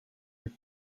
met